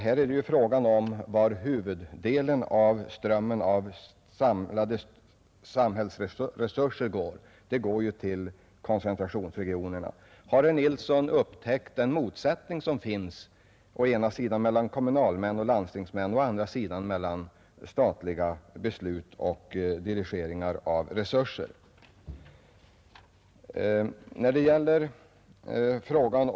Det är ju fråga om vart huvuddelen av strömmen av samhällsresurser går. Den går nu till koncentrationsregionerna. Har herr Nilsson upptäckt den motsättning som finns inte sällan å ena sidan mellan socialdemokratiska kommunalmän och landstingsmän och å den andra sidan mellan statliga beslut och dirigeringen av samhällsresurser?